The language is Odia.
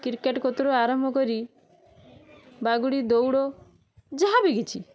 କ୍ରିକେଟ କତିରୁ ଆରମ୍ଭ କରି ବାଗୁଡ଼ି ଦୌଡ଼ ଯାହାବି କିଛି